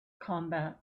combat